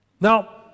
Now